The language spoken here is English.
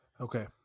Okay